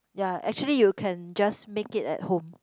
ya actually you can just make it at home